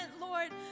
Lord